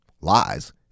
lies